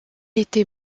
était